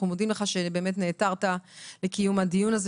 אנחנו מודים לך שבאמת נעתרת לקיום הדיון הזה